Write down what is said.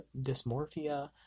dysmorphia